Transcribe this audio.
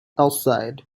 outside